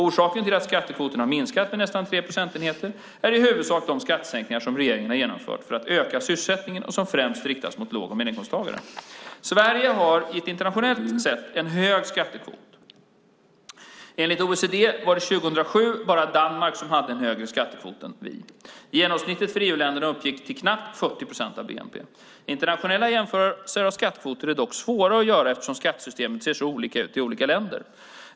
Orsaken till att skattekvoten har minskat med nästan tre procentenheter är i huvudsak de skattesänkningar som regeringen har genomfört för att öka sysselsättningen och som främst riktats mot låg och medelinkomsttagare. Sverige har internationellt sett en hög skattekvot. Enligt OECD var det 2007 bara Danmark som hade en högre skattekvot än vi. Genomsnittet för EU-länderna uppgick till knappt 40 procent av bnp. Internationella jämförelser av skattekvoter är dock svåra att göra eftersom skattesystemen ser olika ut i olika länder.